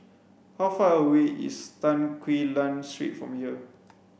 how far away is Tan Quee Lan Street from here